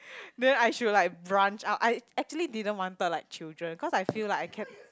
then I should like branch out I actually didn't wanted like children cause I feel like I can